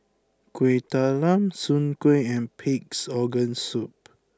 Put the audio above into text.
Kuih Talam Soon Kuih and Pig'S Organ Soup